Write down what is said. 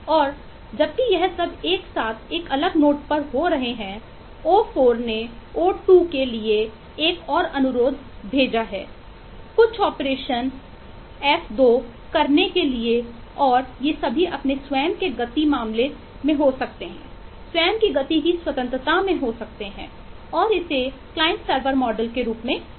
और जबकि यह सब एक साथ एक अलग नोट पर हो रहे हैं ओ 4 ने ओ 2 के लिए एक और अनुरोध भेजा हो सकता है कुछ ऑपरेशन f2 करने के लिए और ये सभी अपने स्वयं के गति मामले में हो सकते हैं स्वयं की गति की स्वतंत्रता में हो सकते हैं और इसे क्लाइंट सर्वर मॉडल के रूप में जाना जाता है